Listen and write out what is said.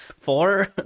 four